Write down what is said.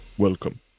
Welcome